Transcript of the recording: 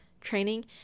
training